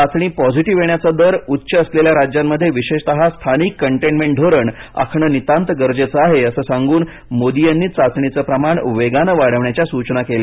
चाचणी पॉझिटीव येण्याचा दर उच्च असलेल्या राज्यांमध्ये विशेषतः स्थानिक कंटेनमेंट धोरण आखणं नितांत गरजेचं आहे असं सांगून मोदी यांनी चाचणीचं प्रमाण वेगानं वाढवण्याच्या सूचना केल्या